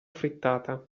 frittata